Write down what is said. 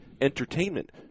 entertainment